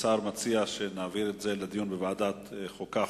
השר מציע שנעביר את זה לדיון בוועדת החוקה,